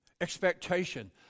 Expectation